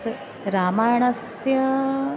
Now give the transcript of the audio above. तत् रामायणस्य